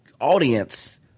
audience